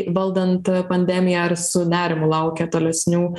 valdant pandemiją ar su nerimu laukia tolesnių